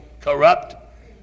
corrupt